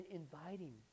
inviting